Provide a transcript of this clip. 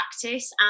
practice